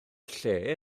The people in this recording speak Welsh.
lle